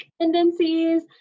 tendencies